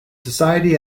society